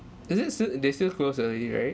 is it still they still close early right